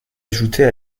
ajoutait